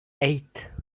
eight